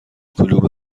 کلوب